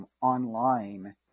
online